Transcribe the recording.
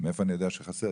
מאיפה אני יודע שחסר?